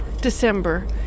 December